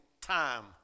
time